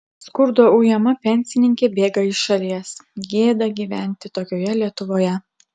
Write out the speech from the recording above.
skurdo ujama pensininkė bėga iš šalies gėda gyventi tokioje lietuvoje